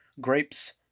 grapes